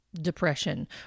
depression